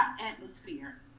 atmosphere